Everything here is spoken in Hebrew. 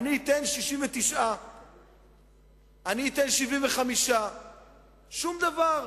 אני אתן 69. אני אתן 75. שום דבר.